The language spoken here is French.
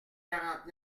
quarante